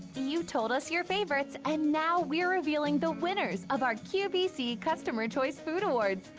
you told us your favorites. and now we're revealing the winners of our qvc customer choice food awards.